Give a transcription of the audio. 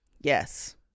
Yes